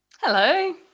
Hello